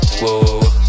whoa